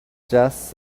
just